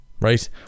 ...right